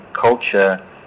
culture